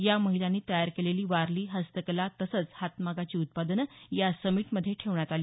या महिलांनी तयार केलेली वारली हस्तकला तसंच हातमागाची उत्पादनं या समीटमध्ये ठेवण्यात आली